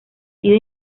sido